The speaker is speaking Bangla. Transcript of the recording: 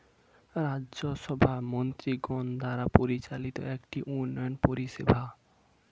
রাজ্য সভা মন্ত্রীগণ দ্বারা পরিচালিত একটি উন্নয়ন পরিষেবা